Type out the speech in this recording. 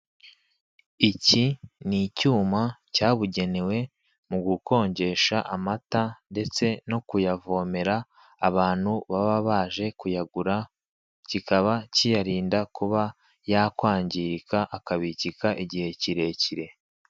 Iki ni icyuma cyabugenewe mu gukonjesha amata ndetse no kuyavomera abantu baba baje kuyagura, kikaba kiyarinda kuba yakwangirika akabikika igihe kirekire.